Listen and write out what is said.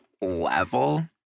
level